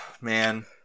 man